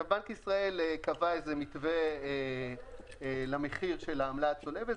בנק ישראל קבע מתווה למחיר של העמלה הצולבת,